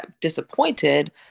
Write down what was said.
disappointed